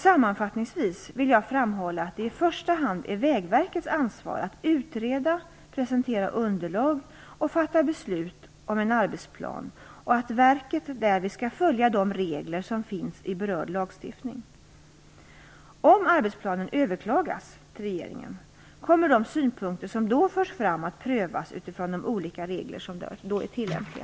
Sammanfattningsvis vill jag framhålla att det i första hand är Vägverkets ansvar att utreda, presentera underlag och fatta beslut om en arbetsplan och att verket därvid skall följa de regler som finns i berörd lagstiftning. Om arbetsplanen överklagas till regeringen kommer de synpunkter som då förs fram att prövas utifrån de olika regler som är tillämpliga.